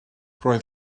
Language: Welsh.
roedd